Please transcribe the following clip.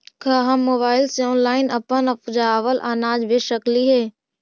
का हम मोबाईल से ऑनलाइन अपन उपजावल अनाज बेच सकली हे?